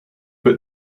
but